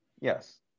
Yes